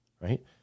Right